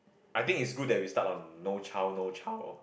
I think it's good that we start on no child no child